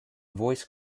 voice